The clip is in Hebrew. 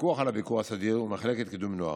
הפיקוח על הביקור הסדיר ומחלקת קידום נוער.